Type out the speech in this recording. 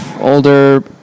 Older